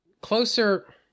closer